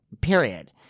Period